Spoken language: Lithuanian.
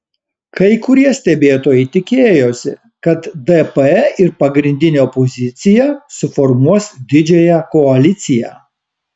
kai kurie stebėtojai tikėjosi kad dp ir pagrindinė opozicija suformuos didžiąją koaliciją